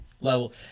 level